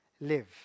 live